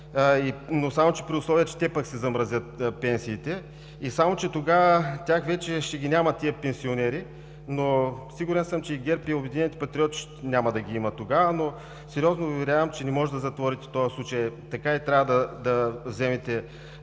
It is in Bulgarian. но само при условие че те пък си замразят пенсиите. Само че тогава вече няма да ги има тези пенсионери. Сигурен съм, че и ГЕРБ, и „Обединените патриоти“ няма да ги има тогава. Сериозно Ви уверявам, че не може да затворите този случай така и трябва да вземете